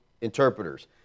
interpreters